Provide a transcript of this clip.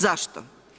Zašto?